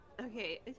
okay